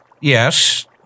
yes